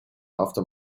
after